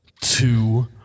two